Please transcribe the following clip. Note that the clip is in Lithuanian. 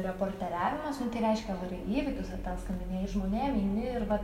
reporteriavimas nu tai reiškia varai į įvykius ar ten skambinėji žmonėm eini ir vat